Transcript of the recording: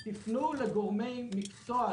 תיפנו לגורמי מקצוע,